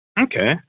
Okay